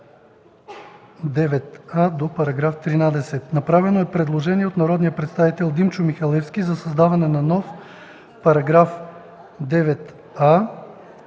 Параграф 14а